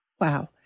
Wow